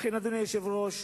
אדוני היושב-ראש,